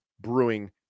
Brewing